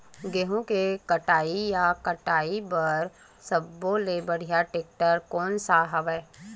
गेहूं के कटाई या कटाई बर सब्बो ले बढ़िया टेक्टर कोन सा हवय?